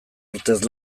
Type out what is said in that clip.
urtez